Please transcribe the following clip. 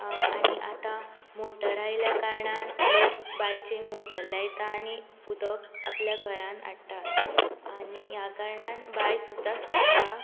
आनी आतां मोटर आयिल्ल्या कारणान लोक बांयचेर मोटर लायता आनी उदक आपल्या घरांत हाडटा आनी ह्या कारणान बांय सुद्दां सुकता